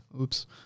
Oops